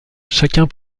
chacun